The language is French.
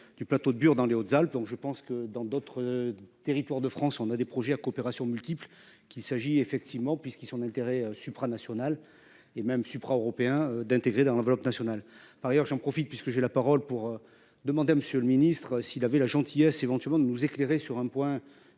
du plateau de Bure dans les Hautes-Alpes, donc je pense que dans d'autres territoires de France on a des projets en coopérations multiples qu'il s'agit effectivement puisqu'ils sont d'intérêt supranationale et même supra-européen d'intégrer dans l'enveloppe nationale par ailleurs j'en profite puisque j'ai la parole pour demander à monsieur le Ministre, s'il avait la gentillesse éventuellement de nous éclairer sur un point